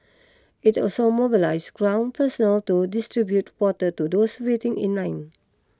it also mobilize ground personnel to distribute water to those waiting in line